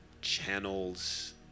channels